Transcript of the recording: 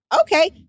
Okay